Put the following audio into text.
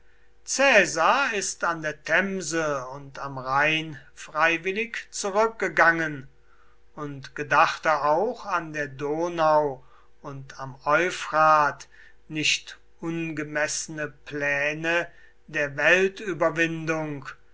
ist an der themse und am rhein freiwillig zurückgegangen und gedachte auch an der donau und am euphrat nicht ungemessene pläne der